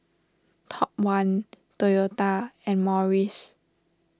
Top one Toyota and Morries